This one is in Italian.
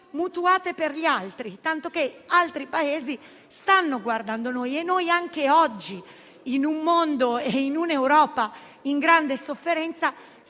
mutuato agli altri, tanto che altri Paesi stanno guardando al nostro. Noi, anche oggi, in un mondo e in un'Europa in grande difficoltà